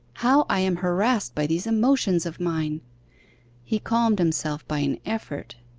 how i am harassed by these emotions of mine he calmed himself by an effort.